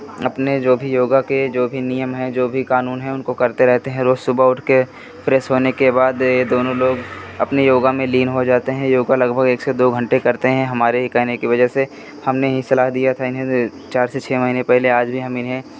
अपने जो भी योगा के जो भी नियम हैं जो भी कानून हैं उनको करते रहते हैं रोज़ सुबह उठ के फ़्रेश होने के बाद अपने योगा में लीन हो जाते हैं योगा लगभग एक से दो घंटे करते हैं हमारे कहने की वजह से हमने ही सलाह दिया था इन्हें चार से छह महिने पहले आज भी हम इन्हें